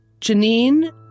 Janine